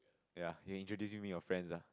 ya you introduce to me your friends ah